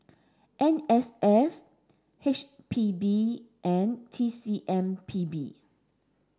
N S F H P B and T C M P B